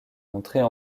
montrées